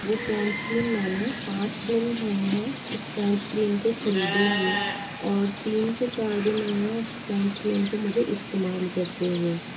वो Pond's cream मैंने पाँच दिन हुए हैं उस पॉन्ड्स क्रीम को खरीदे हुए और तीन से चार दिन हुए है उस पॉन्ड्स क्रीम को मुझे इस्तेमाल करते हुए